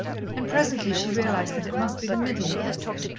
and presently she realized that it must be the middle of the morning.